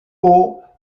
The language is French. haut